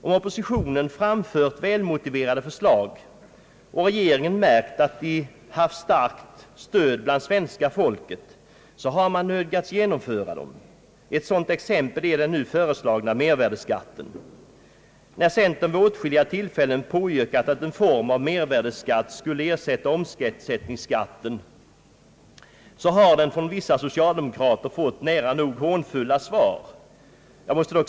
Om oppositionen framfört välmotiverade förslag och regeringen märkt att de haft starkt stöd bland svenska folket så har man nödgats genomföra dem. Ett sådant exempel är den nu föreslagna mervärdeskatten. När centern vid åtskilliga tillfällen påyrkat att en form av mervärdeskatt borde ersätta omsättningsskatten så har den från vissa socialdemokrater fått vissa nära nog hånfulla svar.